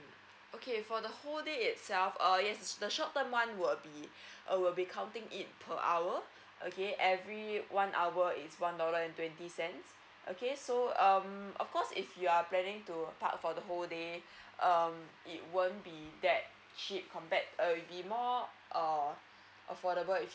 okay for the whole day itself err yes the short term one will be err will be counting it per hour okay every one hour is one dollar and twenty cents okay so um of course if you are planning to park for the whole day um it won't be that cheap compared err it'll be more err affordable if